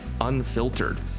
Unfiltered